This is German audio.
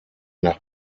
nach